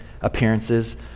appearances